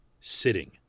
sitting